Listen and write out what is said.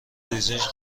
ریزش